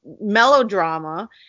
melodrama